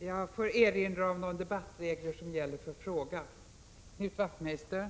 Jag får erinra om de regler som gäller för frågedebatter.